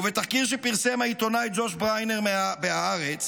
ובתחקיר שפרסם העיתונאי ג'וש בריינר בהארץ